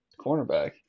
cornerback